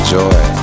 joy